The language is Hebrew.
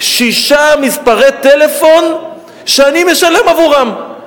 שישה מספרי טלפון שאני משלם עבורם.